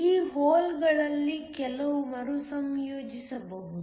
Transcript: ಈ ಹೋಲ್ಗಳಲ್ಲಿ ಕೆಲವು ಮರುಸಂಯೋಜಿಸಬಹುದು